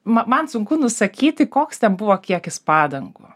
ma man sunku nusakyti koks ten buvo kiekis padangų